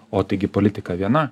o taigi politika viena